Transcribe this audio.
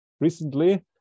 recently